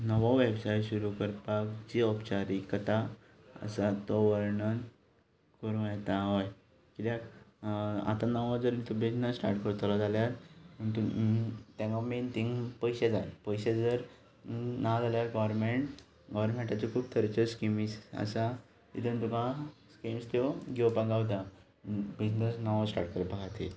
नवो वेवसाय सुरू करपाक जी औपचारिकता आसा तो वर्णन करूं येता हय किद्याक आतां नवो जर बिजनस स्टाट करतलो जाल्यार ताका मेन थींग पयशे जाय पयशे जर ना जाल्यार गवर्नमेंट गवर्नमेंटाच्यो खूब तरेच्यो स्किमीस आसा तितून तुका स्किम्स त्यो घेवपाक गावता बिजनेस नवो स्टाट करपा खातीर